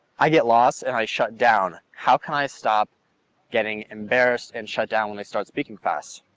i get lost and i shut down. how can i stop getting embarrassed and shut down when they start speaking fast?